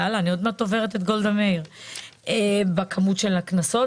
אני עוד מעט עוברת את גולדה מאיר בכמות הכנסות,